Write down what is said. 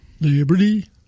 Liberty